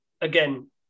again